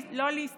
למה לא להסתכל